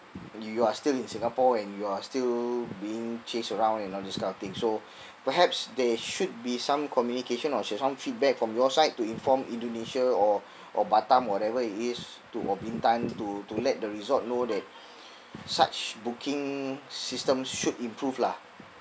you you're still in singapore and you are still being chased around and all this kind of thing so perhaps there should be some communication or should have some feedback from your side to inform indonesia or or batam whatever it is to or bintan to to let the resort know that such booking system should improve lah